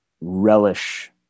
relish